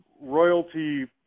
royalty